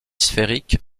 sphérique